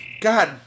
God